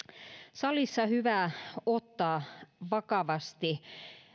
salissa hyvä ottaa vakavasti